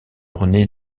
rené